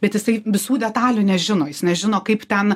bet jisai visų detalių nežino jis nežino kaip ten